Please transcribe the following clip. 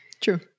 True